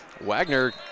Wagner